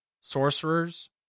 sorcerers